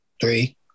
three